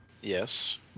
Yes